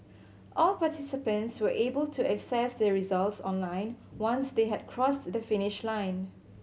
all participants were able to access their results online once they had crossed the finish line